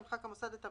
ימחק המוסד את המידע,